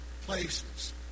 places